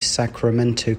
sacramento